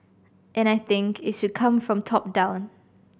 and I think it should come from top down